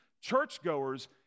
churchgoers